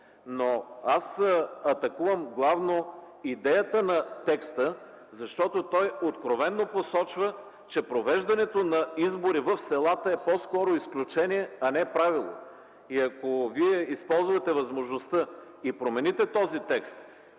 Но аз атакувам главно идеята на текста, защото той откровено посочва, че провеждане на избори в селата е по-скоро изключение, а не правило. Ако вие използвате възможността, промените този текст,